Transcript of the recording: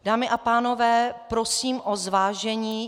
Dámy a pánové, prosím o zvážení.